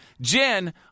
Jen